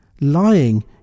Lying